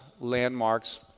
landmarks